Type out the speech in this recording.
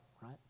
right